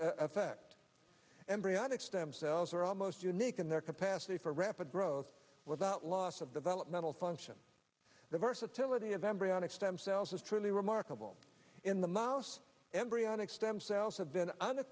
effect embryonic stem cells are almost unique in their capacity for rapid growth without loss of developmental function the versatility of embryonic stem cells is truly remarkable in the mouse embryonic stem cells have been